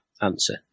answer